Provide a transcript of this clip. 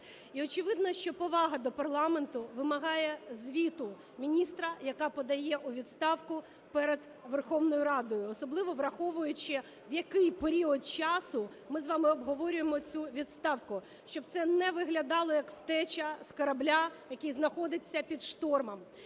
І очевидно, що повага до парламенту вимагає звіту міністра, яка подає у відставку, перед Верховною Радою, особливо враховуючи в який період часу ми з вами обговорюємо цю відставку, щоб це не виглядало як втеча з корабля, який знаходиться під штормом.